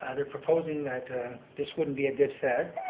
ah they're proposing that this wouldn't be a good fit.